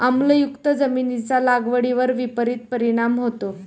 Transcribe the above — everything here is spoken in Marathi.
आम्लयुक्त जमिनीचा लागवडीवर विपरीत परिणाम होतो